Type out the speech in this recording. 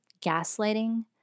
gaslighting